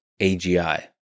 agi